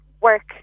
work